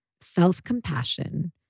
self-compassion